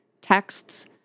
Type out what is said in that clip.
texts